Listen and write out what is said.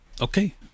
Okay